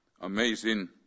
amazing